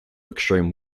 extreme